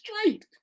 straight